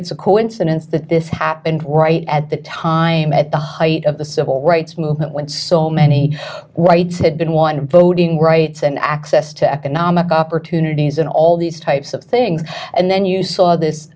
it's a coincidence that this happened right at the time at the height of the civil rights movement when so many whites had been one voting rights and access to economic opportunities and all these types of things and then you saw this